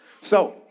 So-